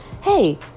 hey